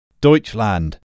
Deutschland